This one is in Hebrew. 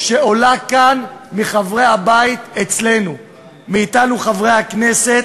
שעולה כאן מחברי הבית אצלנו, מאתנו, חברי הכנסת,